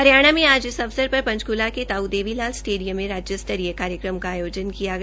हरियाणा में आज इस अवसर पर पंचक्ला के ताऊ देवी लाल स्टेडियम में राज्य स्तरीय कार्यक्रम का आयोजन किया गया